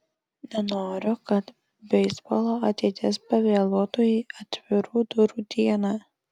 nenoriu kad beisbolo ateitis pavėluotų į atvirų durų dieną